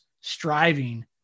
striving